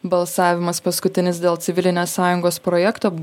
balsavimas paskutinis dėl civilinės sąjungos projekto